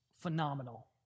phenomenal